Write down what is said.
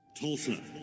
Tulsa